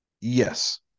Yes